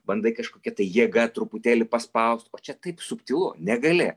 bandai kažkokia tai jėga truputėlį paspaust o čia taip subtilu negali